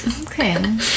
Okay